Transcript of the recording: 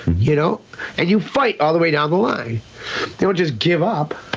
you know and you fight, all the way down the line. don't just give up.